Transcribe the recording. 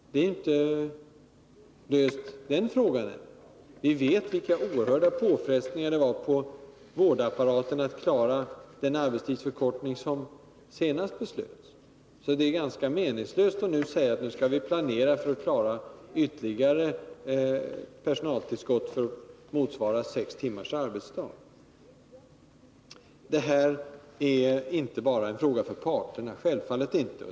Den frågan är ännu inte löst. Vi vet vilka oerhörda påfrestningar det var på vårdapparaten att genomföra den arbetstidsförkortning som senast beslöts. Det är meningslöst att säga att vi nu skall planera för att klara ett personaltillskott som skall motsvara sex timmars arbetsdag. Det är självklart att sextimmarsdagen inte bara är en fråga för parterna.